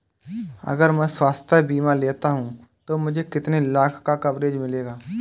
अगर मैं स्वास्थ्य बीमा लेता हूं तो मुझे कितने लाख का कवरेज मिलेगा?